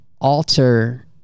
alter